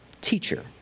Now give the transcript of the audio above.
Teacher